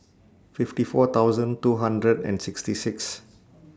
fifty four thousand two hundred and sixty six